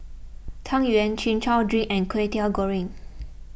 Tang Yuen Chin Chow Drink and Kway Teow Goreng